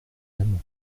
même